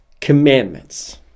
commandments